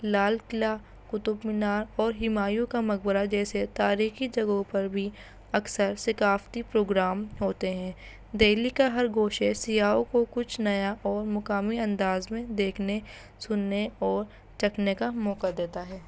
لال قلعہ قطب مینار اور ہمایوں کا مقبرہ جیسے تاریخی جگہوں پر بھی اکثر ثقافتی پروگرام ہوتے ہیں دہلی کا ہر گوشہ سیاحوں کو کچھ نیا اور مقامی انداز میں دیکھنے سننے اور چکھنے کا موقع دیتا ہے